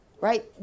right